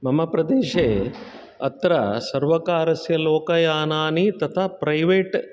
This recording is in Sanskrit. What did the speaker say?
मम प्रदेशे अत्र सर्वकारस्य लोकायानानि तथा प्रैवेट्